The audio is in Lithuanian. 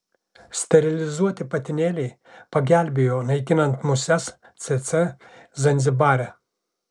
sterilizuoti patinėliai pagelbėjo naikinant muses cėcė zanzibare